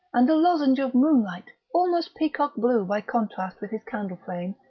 and a lozenge of moonlight, almost peacock-blue by contrast with his candle-frame,